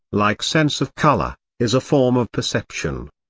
like sense of colour, is a form of perception.